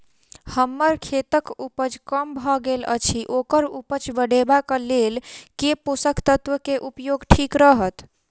हम्मर खेतक उपज कम भऽ गेल अछि ओकर उपज बढ़ेबाक लेल केँ पोसक तत्व केँ उपयोग ठीक रहत?